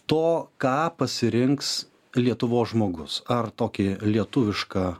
to ką pasirinks lietuvos žmogus ar tokį lietuvišką